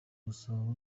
gasabo